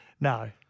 No